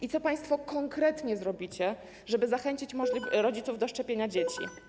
I co państwo konkretnie zrobicie, żeby zachęcić rodziców do szczepienia dzieci?